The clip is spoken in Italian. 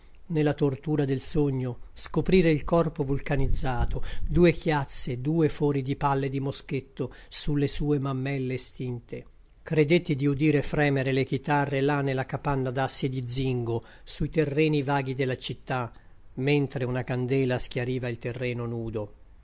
nella tortura del sogno scoprire il corpo vulcanizzato due chiazze due fori di palle di moschetto sulle sue mammelle estinte credetti di udire fremere le chitarre là nella capanna d'assi e di zingo sui terreni vaghi della citta mentre una candela schiariva il terreno nudo